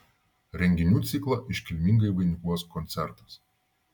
renginių ciklą iškilmingai vainikuos koncertas